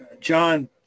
John